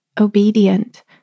obedient